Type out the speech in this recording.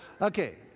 okay